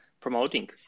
promoting